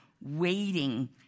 waiting